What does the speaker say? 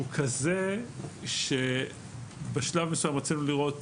הוא כזה שבשלב מסוים רצינו לראות